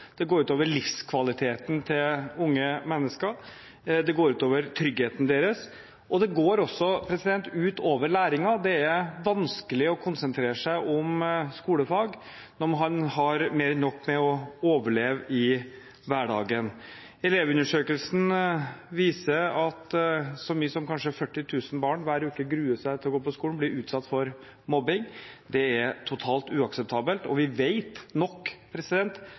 Det går ut over livskvaliteten til unge mennesker. Det går ut over tryggheten deres, og det går også ut over læringen. Det er vanskelig å konsentrere seg om skolefag når man har mer enn nok med å overleve i hverdagen. Elevundersøkelsen viser at kanskje så mange som 40 000 barn hver uke gruer seg for å gå på skolen og blir utsatt for mobbing. Det er totalt uakseptabelt, og vi vet nok